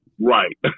Right